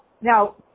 Now